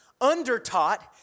undertaught